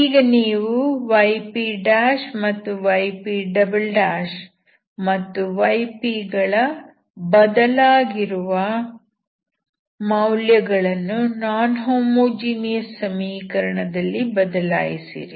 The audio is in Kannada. ಈಗ ನೀವು yp yp ಮತ್ತು yp ಗಳ ಬದಲಾಗಿರುವ ಮೌಲ್ಯಗಳನ್ನು ನಾನ್ ಹೋಮೋಜಿನಿಯಸ್ ಸಮೀಕರಣದಲ್ಲಿ ಬದಲಾಯಿಸಿರಿ